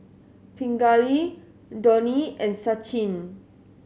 Pingali Dhoni and Sachin